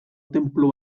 tenplu